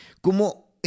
Como